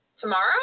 Tomorrow